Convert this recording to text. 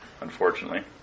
unfortunately